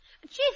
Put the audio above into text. Chief